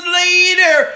later